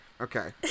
Okay